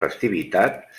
festivitat